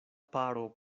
paro